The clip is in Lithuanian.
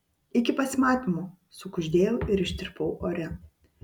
iki pasimatymo sukuždėjau ir ištirpau ore